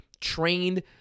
trained